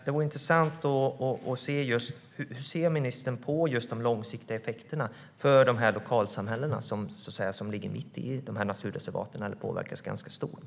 Det vore intressant att få höra hur ministern ser på de långsiktiga effekterna för dessa lokalsamhällen som ligger mitt i naturreservaten och som påverkas ganska mycket.